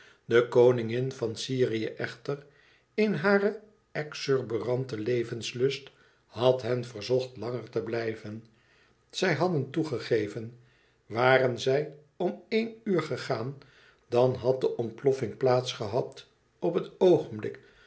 de koningin van syrie eehter in haren exuberanten levenslust had hen verzocht langer te blijven zij hadden toegegeven waren zij om éen uur gegaan dan had de ontploffing plaats gehad op het oogenblik